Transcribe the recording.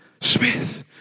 smith